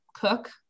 cook